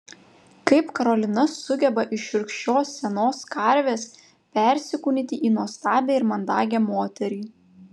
kaip karolina sugeba iš šiurkščios senos karvės persikūnyti į nuostabią ir mandagią moterį